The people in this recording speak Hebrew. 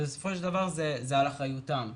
בסופו של דבר זה על אחריותם.